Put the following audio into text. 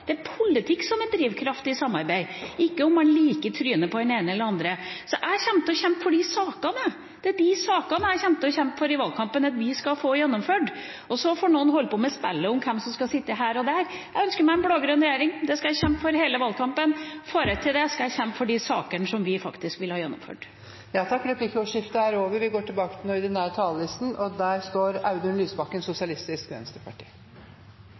Det er politikk som er drivkraft i samarbeid, ikke om man liker trynet på den ene eller andre. Så jeg kommer til å kjempe for de sakene. Det er de sakene jeg kommer til å kjempe for i valgkampen at vi skal få gjennomført. Så får noen holde på med spillet om hvem som skal sitte her og der. Jeg ønsker meg en blå-grønn regjering. Det skal jeg kjempe for hele valgkampen. Får jeg til det, skal jeg kjempe for de sakene som vi faktisk vil ha gjennomført. Replikkordskiftet er omme. Ulikheten i makt og rikdom øker i Norge. Det vi har til